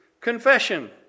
confession